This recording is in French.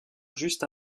juste